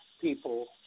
people